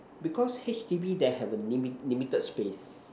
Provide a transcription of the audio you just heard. because H_D_B there have a limit limited space